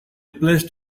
placed